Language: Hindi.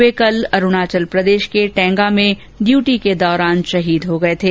वे कल अरूणाचल प्रदेश के टेंगा में ड्यूटी के दौरान शहीद हो गये थे